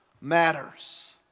matters